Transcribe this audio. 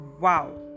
Wow